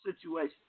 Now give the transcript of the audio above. situation